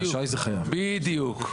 בדיוק.